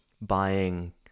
buying